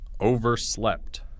Overslept